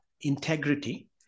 integrity